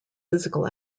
physical